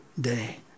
day